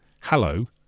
hello